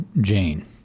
Jane